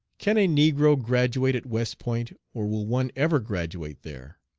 can a negro graduate at west point, or will one ever graduate there?